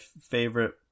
favorite